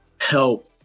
help